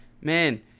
Man